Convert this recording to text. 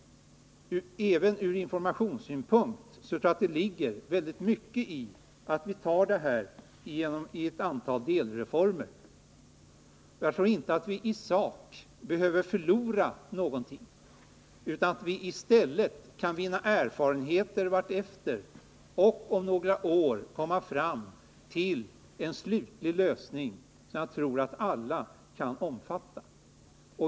Även ur informationssynpunkt tror jag att det ligger mycket i att vi på detta område bör genomföra ett antal delreformer. Det är min uppfattning att vi i sak inte behöver förlora någonting. I stället tror jag att vi kan vinna erfarenheter och om några år komma fram till en slutlig lösning som alla kan omfatta.